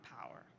power